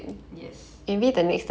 yes